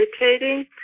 meditating